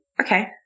Okay